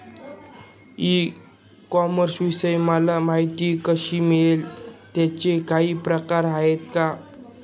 E कॉमर्सविषयी मला माहिती कशी मिळेल? त्याचे काही प्रकार आहेत का?